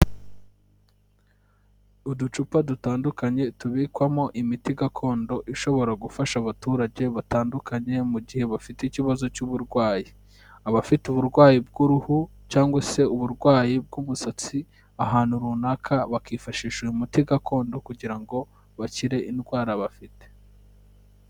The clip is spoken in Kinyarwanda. Uducupa dutandukanye tubikwamo imiti gakondo ishobora gufasha abaturage batandukanye mu gihe bafite ikibazo cy'uburwayi, abafite uburwayi bw'uruhu cyangwa se uburwayi bw'umusatsi ahantu runaka bakifashisha uyu muti gakondo kugira ngo bakire indwara bafite.